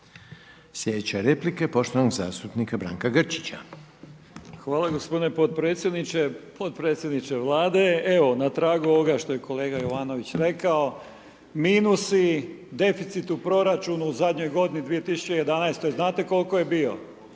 Sljedeća replika je poštovanog zastupnika Branka Grčića. **Grčić, Branko (SDP)** Hvala g. potpredsjedniče, potpredsjedniče Vlade. Evo, na tragu ovoga što je kolega Jovanović rekao, minusi, deficit u proračunu u zadnjoj godini 2011. znate koliko je bio?